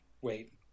wait